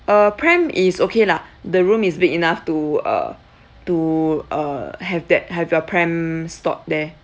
uh pram is okay lah the room is big enough to uh to uh have that have your pram stored there